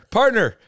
partner